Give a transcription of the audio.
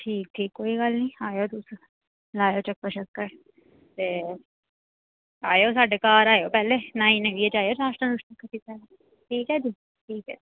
ठीक ठीक कोई गल्ल निं आयो तुस लायो चक्कर शक्कर ते आयो साढ़े घर आयो पैह्ले न्हाई नुइय़ै जायो नाश्ता नुश्ता करियै ठीक ऐ भी ठीक ऐ